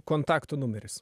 kontaktų numeris